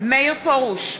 מאיר פרוש,